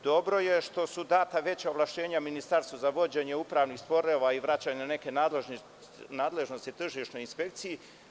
Dobro je što su data veća ovlašćenja Ministarstvu za vođenje upravnih sporova i vraćanja nekih nadležnosti tržišnoj inspekciji.